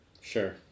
Sure